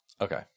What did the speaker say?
Okay